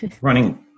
running